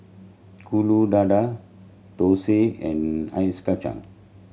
dadar thosai and ice kacang